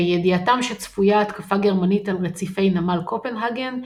בידיעתם שצפויה התקפה גרמנית על רציפי נמל קופנהגן,